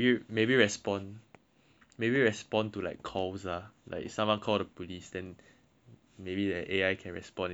maybe respond to like calls lah like if someone call the police then maybe the A_I can respond in the future but